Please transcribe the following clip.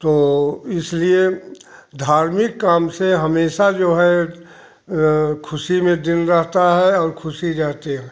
तो इसलिए धार्मिक काम से हमेशा जो है ख़ुशी में दिल रहता है और ख़ुशी रहते हैं